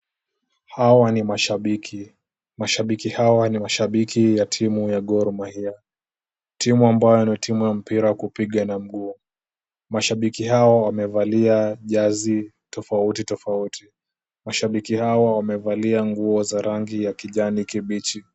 Hawa ni mashabiki. Mashabiki hawa ni mashabiki ya timu ya Gor Mahia, timu ambayo ni timu ya mpira wa kupiga na mguu. Mashabiki hawa wamevalia jazi tofauti tofauti. Mashabiki hawa wamevalia nguo za rangi ya kijani kibichi.